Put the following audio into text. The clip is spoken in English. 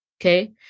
Okay